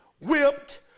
whipped